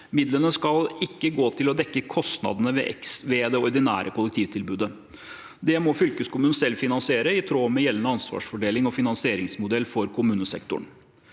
Midlene skal ikke gå til å dekke kostnadene ved det ordinære kollektivtilbudet. Det må fylkeskommunen selv finansiere, i tråd med gjeldende ansvarsfordeling og finansieringsmodell for kommunesektoren.